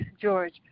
George